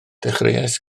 dechreuais